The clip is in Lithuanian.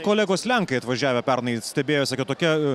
kolegos lenkai atvažiavę pernai stebėjosi kad tokia